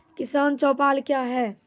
किसान चौपाल क्या हैं?